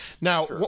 now